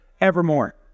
evermore